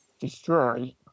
destroy